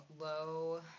low